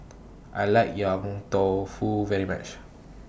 I like Yong Tau Foo very much